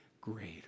greater